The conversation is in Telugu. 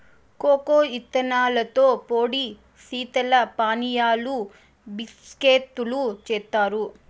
కోకో ఇత్తనాలతో పొడి శీతల పానీయాలు, బిస్కేత్తులు జేత్తారు